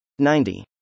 90